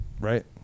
Right